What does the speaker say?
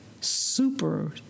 super